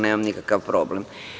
Nemam nikakav problem.